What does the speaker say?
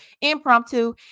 impromptu